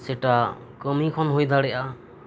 ᱚᱱᱟ ᱫᱚ ᱠᱟᱹᱢᱤ ᱠᱷᱚᱱ ᱦᱩᱭ ᱫᱟᱲᱮᱭᱟᱜᱼᱟ